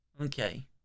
Okay